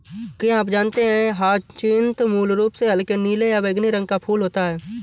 क्या आप जानते है ह्यचीन्थ मूल रूप से हल्के नीले या बैंगनी रंग का फूल होता है